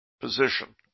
position